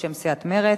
בשם סיעת מרצ,